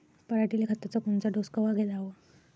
पऱ्हाटीले खताचा कोनचा डोस कवा द्याव?